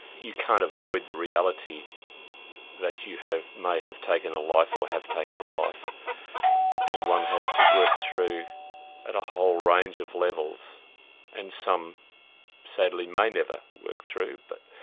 you can't avoid the reality that you may have taken a life or have taken a life and one has to work through at a whole range of levels and some sadly may never work through. but